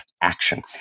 action